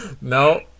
No